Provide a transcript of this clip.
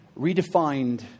redefined